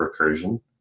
recursion